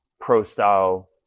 pro-style